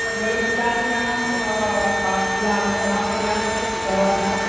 म मेरे पिताजी का नाम फिलहाल रामकल्याण रॉय हुआ